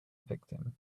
victim